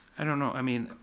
i don't know, i mean,